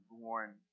born